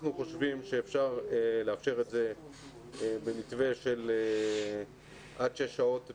אנחנו חושבים שאפשר לאפשר את זה במתווה של עד שש שעות ביום.